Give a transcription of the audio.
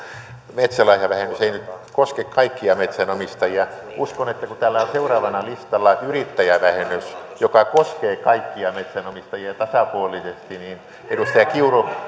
metsälahjavähennys ei nyt koske kaikkia metsänomistajia uskon että kun täällä on seuraavana listalla yrittäjävähennys joka koskee kaikkia metsänomistajia tasapuolisesti niin edustaja kiuru